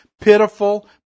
pitiful